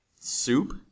soup